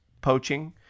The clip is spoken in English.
poaching